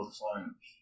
science